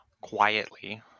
quietly